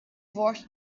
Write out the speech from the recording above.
watched